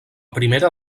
primera